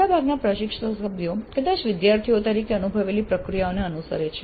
મોટાભાગના પ્રશિક્ષક સભ્યો કદાચ વિદ્યાર્થીઓ તરીકે અનુભવેલી પ્રક્રિયાઓને અનુસરે છે